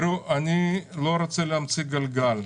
אני לא רוצה להמציא את הגלגל.